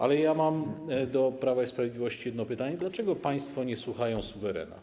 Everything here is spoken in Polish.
Ale ja mam do Prawa i Sprawiedliwości jedno pytanie: Dlaczego państwo nie słuchają suwerena?